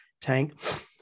tank